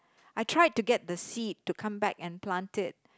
I tried to get the seed to come back and plant it